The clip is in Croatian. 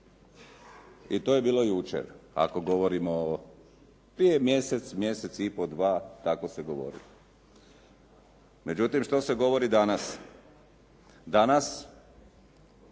i to je bilo jučer, ako govorimo o prije mjesec, mjesec i pol, dva, tako se govorilo. Međutim, što se govori danas? Danas